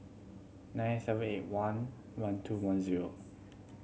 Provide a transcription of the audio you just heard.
nine seven eight one one two one zero